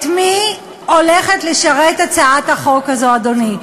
את מי הולכת לשרת הצעת החוק הזאת, אדוני?